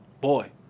boy